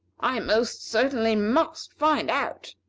i most certainly must find out.